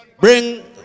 Bring